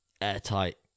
airtight